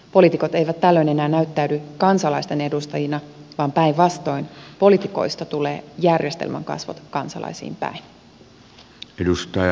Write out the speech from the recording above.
poliitikot eivät tällöin enää näyttäydy kansalaisten edustajina vaan päinvastoin poliitikoista tulee järjestelmän kasvot kansalaisiin päin